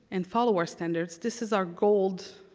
and follow our standards. this is our gold